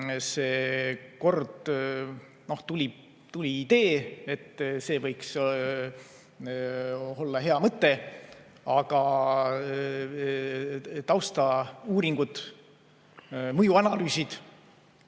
Tegelikult tuli idee, et see võiks olla hea mõte, aga taustauuringud ja mõjuanalüüsid